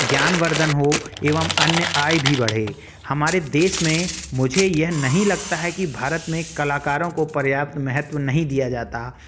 ज्ञानवर्धन हो एवं अन्य आय भी बढ़े हमारे देश में मुझे यह नहीं लगता है कि भारत में कलाकारों को पर्याप्त महत्व नहीं दिया जाता